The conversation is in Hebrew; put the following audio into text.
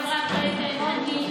ממש לא.